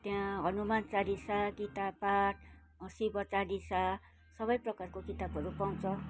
त्यहाँ हनुमान चालिसा गीता पाठ शिव चालिसा सबै प्रकारको किताबहरू पाउँछ